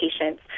patients